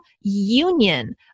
union